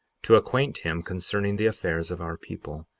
to acquaint him concerning the affairs of our people.